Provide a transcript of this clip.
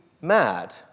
Mad